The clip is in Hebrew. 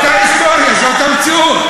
אתה יכול.